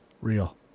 Real